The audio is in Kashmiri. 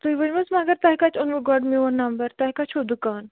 تُہۍ ؤنو حظ مگر تۄہہِ کتہِ اوٚنوٕ گۄڈٕ میون نمبر تُہۍ کتہِ چھُو دُکان